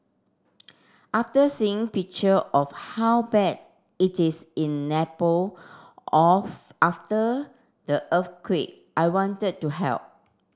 after seeing picture of how bad it is in Nepal off after the earthquake I wanted to help